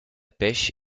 pêche